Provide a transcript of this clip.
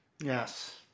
Yes